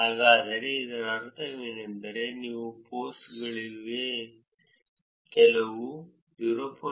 ಹಾಗಾದರೆ ಇದರ ಅರ್ಥವೇನೆಂದರೆ ಒಟ್ಟು ಪೋಸ್ಟ್ಗಳಲ್ಲಿ ಕೇವಲ 0